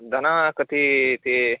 धनं कति इति